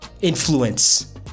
influence